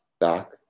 back